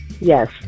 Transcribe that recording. Yes